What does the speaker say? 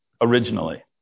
Originally